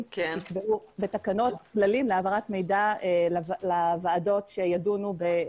יקבעו בתקנות כללים להעברת מידע לוועדות שידונו.